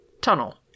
tunnel